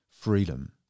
freedom